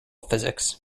physics